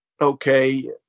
okay